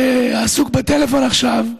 שעסוק בטלפון עכשיו.